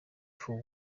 for